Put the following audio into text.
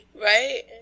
Right